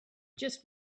just